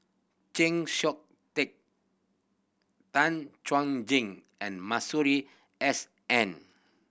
Chng Seok Tin Tan Chuan Jin and Masuri S N